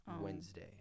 Wednesday